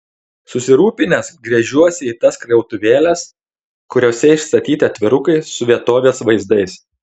susirūpinęs gręžiuosi į tas krautuvėles kuriose išstatyti atvirukai su vietovės vaizdais